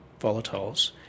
volatiles